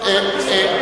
אין בעיה,